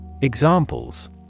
Examples